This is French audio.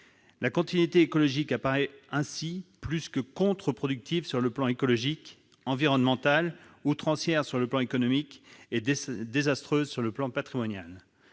La continuité écologique apparaît ainsi plus que contre-productive sur le plan écologique et environnemental, outrancière sur le plan économique et désastreuse sur le plan patrimonial.